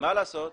מה לעשות.